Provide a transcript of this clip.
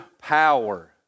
power